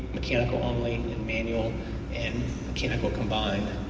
mechanical only, and manual and mechanical combined.